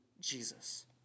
Jesus